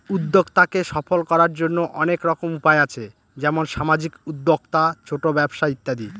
উদ্যক্তাকে সফল করার জন্য অনেক রকম উপায় আছে যেমন সামাজিক উদ্যোক্তা, ছোট ব্যবসা ইত্যাদি